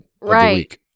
Right